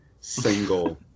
single